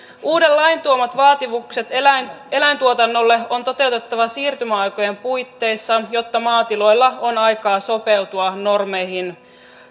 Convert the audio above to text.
uuden lain tuomat vaatimukset eläintuotannolle on toteutettava siirtymäaikojen puitteissa jotta maatiloilla on aikaa sopeutua normeihin